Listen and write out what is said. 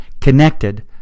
connected